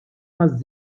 taż